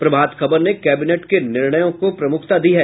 प्रभात खबर ने कैबिनेट के निर्णयों को प्रमुखता दी है